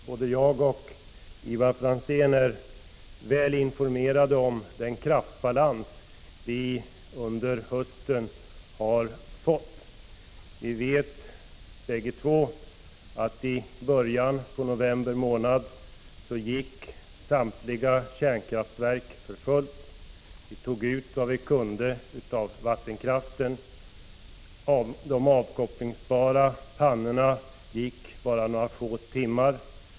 Herr talman! Både Ivar Franzén och jag är väl informerade om den kraftbalans vi under hösten har fått. Vi vet bägge två att samtliga kärnkraftverk gick i början av november för fullt. Vi tog ut vad vi kunde av vattenkraften, och de avkopplingsbara pannorna gick bara några få timmar.